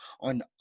on